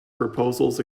proposals